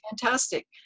fantastic